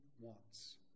wants